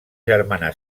germana